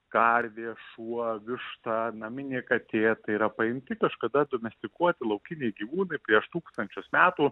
karvė šuo višta naminė katė tai yra paimti kažkada domestikuoti laukiniai gyvūnai prieš tūkstančius metų